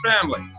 family